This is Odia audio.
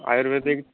ଆୟୁର୍ବେଦିକ